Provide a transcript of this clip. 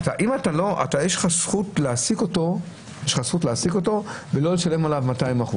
יש לך את הזכות להעסיק אותו ולא לשלם עליו 200%,